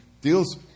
deals